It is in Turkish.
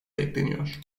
bekleniyor